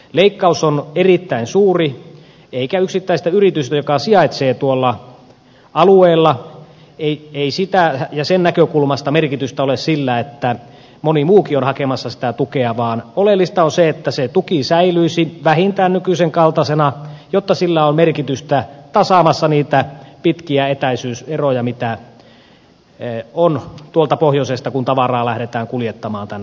leikkaus on erittäin suuri eikä yksittäisen yrityksen joka sijaitsee tuolla alueella näkökulmasta merkitystä ole sillä että moni muukin on hakemassa sitä tukea vaan oleellista on se että se tuki säilyisi vähintään nykyisen kaltaisena jotta sillä on merkitystä tasaamassa niitä pitkiä etäisyyseroja mitä on kun tuolta pohjoisesta tavaraa lähdetään kuljettamaan tänne etelään